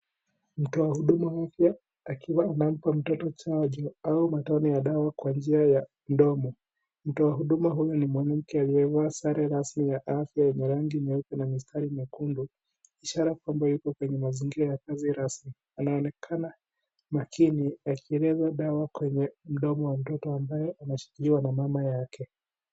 Mtu wa huduma afya akiwa anampa mtoto chanjo au matone ya dawa kwa njia ya mdomo . Mtu wa huduma huyu ni mwanamke aliyevaa sare rasmi ya afya yenye rangi nyeupe na mistari miekundu ishara kwamba yuko kwenye mazingira ya kazi rasmi . Anaonekana makini alileta dawa kwenye mdomo wa mtoto ambaye anashikiliwa na mama yake.